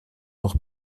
noch